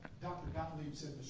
dr. gottlieb said